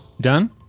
Done